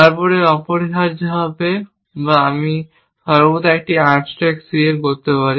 তার পরে অপরিহার্যভাবে বা আমি সর্বদা একটি আনস্ট্যাক ca করতে পারি